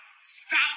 Stop